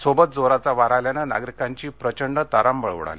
सोबत जोराचा वारा आल्याने नागरीकांची प्रचंड तारांबळ ऊडाली